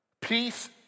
Peace